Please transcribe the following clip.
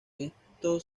estos